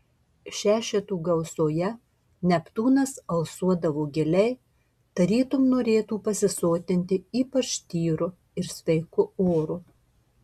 šešetų gausoje neptūnas alsuodavo giliai tarytum norėtų pasisotinti ypač tyru ir sveiku oru